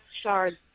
shards